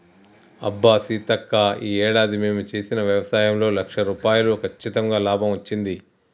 అబ్బా సీతక్క ఈ ఏడాది మేము చేసిన వ్యవసాయంలో లక్ష రూపాయలు కచ్చితంగా లాభం వచ్చింది